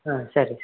ಹಾಂ ಸರಿ